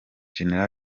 gen